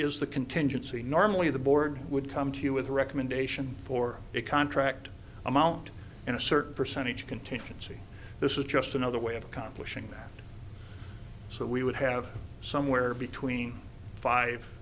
is the contingency normally the board would come to you with a recommendation for a contract amount in a certain percentage contingency this is just another way of accomplishing that so we would have somewhere between five